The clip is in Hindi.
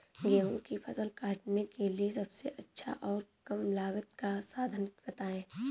गेहूँ की फसल काटने के लिए सबसे अच्छा और कम लागत का साधन बताएं?